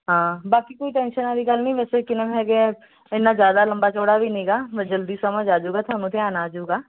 ਹਾਂ ਬਾਕੀ ਕੋਈ ਟੈਂਸ਼ਨ ਵਾਲੀ ਗੱਲ ਨਹੀਂ ਵੈਸੇ ਕੀ ਨਾਮ ਹੈਗਾ ਇੰਨਾ ਜ਼ਿਆਦਾ ਲੰਬਾ ਚੌੜਾ ਵੀ ਨੀਗਾ ਵੀ ਜਲਦੀ ਸਮਝ ਆ ਜਾਊਗਾ ਤੁਹਾਨੂੰ ਧਿਆਨ ਆ ਜਾਊਗਾ